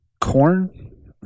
corn